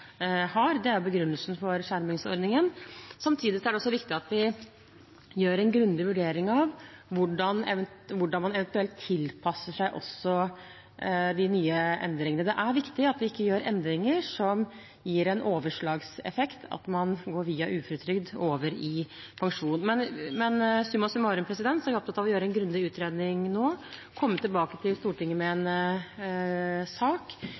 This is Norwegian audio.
har. Det er begrunnelsen for skjermingsordningen. Samtidig er det også viktig at vi gjør en grundig vurdering av hvordan man eventuelt tilpasser seg de nye endringene. Det er viktig at vi ikke gjør endringer som gir en overslagseffekt, at man går via uføretrygd over i pensjon. Men summa summarum er vi opptatt av å gjøre en grundig utredning nå og komme tilbake til Stortinget med en sak,